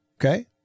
okay